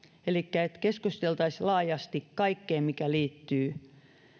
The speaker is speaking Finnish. elikkä sitä että keskusteltaisiin laajasti kaikesta mikä liittyy